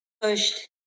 pushed